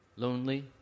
Lonely